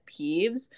peeves